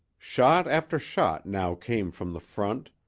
shot after shot now came from the front.